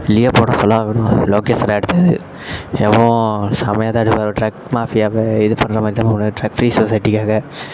Leo படம் சொல்லவா வேணும் லோகேஷ் அண்ணா எடுத்தது எம்மோ செம்மை இதாக எடுப்பார் அவர் ட்ரக் மாஃபியாவை இது பண்ணுற மாதிரி தான் அவரோட ட்ரக் ஃப்ரீ சொசைட்டிக்காக